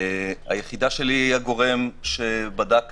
היחידה שלי היא הגורם שבדק